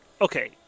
okay